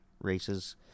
races